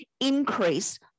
increase